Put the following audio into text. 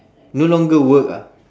no longer work ah